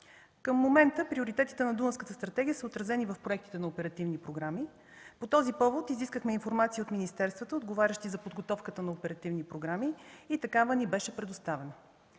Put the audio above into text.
Към момента приоритетите на Дунавската стратегия са отразени в проектите на оперативните програми. По този повод изискахме информация от министерствата, отговарящи за подготовката на оперативните програми и такава ни беше представена.